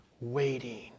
waiting